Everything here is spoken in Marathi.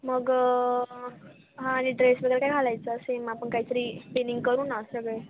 मग हां आणि ड्रेस वगैरे काय घालायचा सेम आपण कायतरी ट्यूनिंग करू ना सगळे